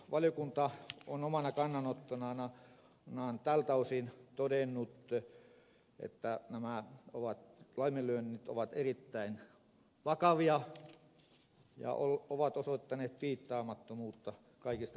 valiokunta on omana kannanottonaan tältä osin todennut että nämä laiminlyönnit ovat erittäin vakavia ja ovat osoittaneet piittaamattomuutta kaikista hankintasäännöksistä